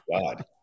God